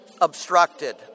obstructed